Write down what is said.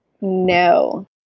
No